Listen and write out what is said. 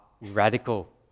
radical